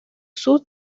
sus